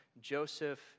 Joseph